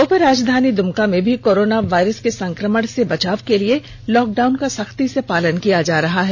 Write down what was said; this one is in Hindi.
उपराजधानी द्मका में भी कोरोना वायरस के संक्र मण से बचाव के लिए लॉकडाउन का सख्ती से पालन किया जा रहा है